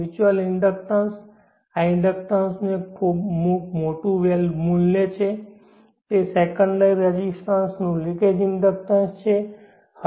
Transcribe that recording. mutual inductance આ ઇન્ડક્ટન્સનું એક ખૂબ મોટું મૂલ્ય છે તે સેકન્ડરી રેઝિસ્ટન્સ નું લિકેજ ઇન્ડક્ટન્સ છે